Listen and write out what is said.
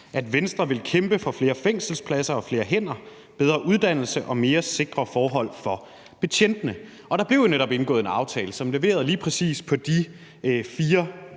at Venstre ville kæmpe for flere fængselspladser og flere hænder, bedre uddannelse og mere sikre forhold for betjentene. Der blev jo netop indgået en aftale, som leverede på lige præcis de fire